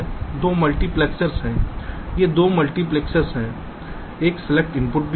2 multiplexers हैं ये multiplexer हैं एक सेलेक्ट इनपुट है